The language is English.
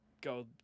go